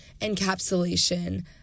encapsulation